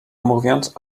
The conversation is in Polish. mówiąc